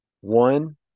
one